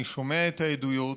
אני שומע את העדויות,